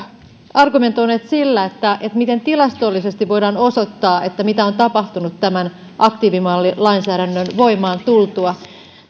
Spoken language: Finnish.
argumentoineet sillä miten tilastollisesti voidaan osoittaa mitä on tapahtunut tämän aktiivimallilainsäädännön voimaan tultua